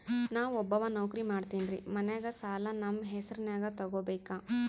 ನಾ ಒಬ್ಬವ ನೌಕ್ರಿ ಮಾಡತೆನ್ರಿ ಮನ್ಯಗ ಸಾಲಾ ನಮ್ ಹೆಸ್ರನ್ಯಾಗ ತೊಗೊಬೇಕ?